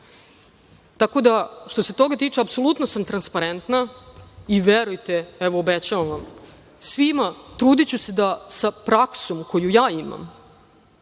da, što se toga tiče, apsolutno sam transparentna i, verujte, evo, obećavam vam svima, trudiću se da sa praksom koju ja imam